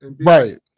Right